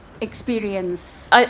experience